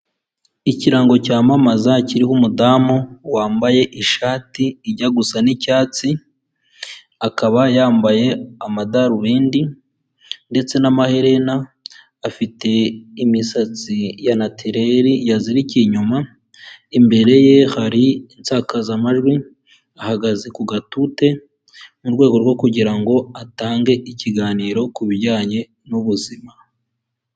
Ikirango cyamamaza kiriho umudamu, wambaye ishati ijya gusa n'icyatsi, akaba yambaye amadarubindi ndetse n'amaherena, afite imisatsi ya natireri yazirikiye inyuma, imbere ye hari insakazamajwi, ahagaze ku gatute mu rwego rwo kugira ngo atange ikiganiro kubi bijyanye n'ubuzima.